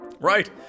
Right